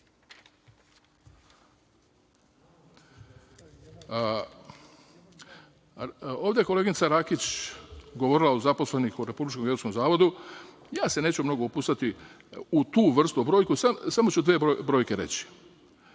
je koleginica Rakić govorila o zaposlenima u Republičkom geodetskom zavodu. Ja se neću mnogo upuštati u tu vrstu brojke, samo ću dve brojke reći,